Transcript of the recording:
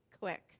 quick